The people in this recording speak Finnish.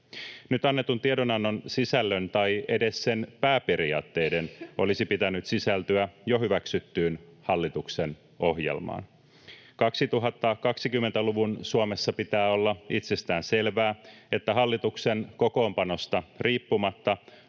Nyt annetun tiedonannon sisällön tai edes sen pääperiaatteiden olisi pitänyt sisältyä jo hyväksyttyyn hallituksen ohjelmaan. 2020-luvun Suomessa pitää olla itsestäänselvää, että hallituksen kokoonpanosta riippumatta